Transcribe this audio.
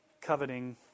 coveting